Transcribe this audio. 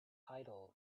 idol